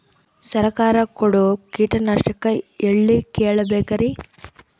ಸರಕಾರ ಕೊಡೋ ಕೀಟನಾಶಕ ಎಳ್ಳಿ ಕೇಳ ಬೇಕರಿ?